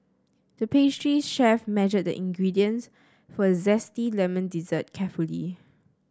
the pastry chef measured the ingredients for a zesty lemon dessert carefully